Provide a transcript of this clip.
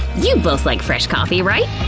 you both like fresh coffee, right?